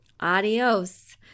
adios